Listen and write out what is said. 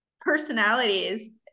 personalities